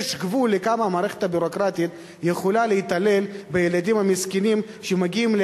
יש גבול לכמה המערכת הביורוקרטית יכולה להתעלל בילדים המסכנים שמגיעים,